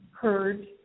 heard